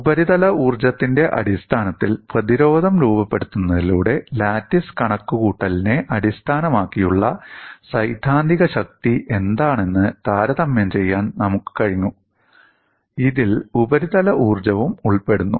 ഉപരിതല ഊർജ്ജത്തിന്റെ അടിസ്ഥാനത്തിൽ പ്രതിരോധം രൂപപ്പെടുത്തുന്നതിലൂടെ ലാറ്റിസ് കണക്കുകൂട്ടലിനെ അടിസ്ഥാനമാക്കിയുള്ള സൈദ്ധാന്തിക ശക്തി എന്താണെന്ന് താരതമ്യം ചെയ്യാൻ നമുക്ക് കഴിഞ്ഞു ഇതിൽ ഉപരിതല ഊർജ്ജവും ഉൾപ്പെടുന്നു